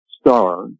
star